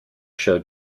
show